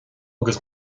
agus